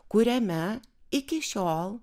kuriame iki šiol